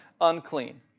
unclean